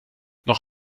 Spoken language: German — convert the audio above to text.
noch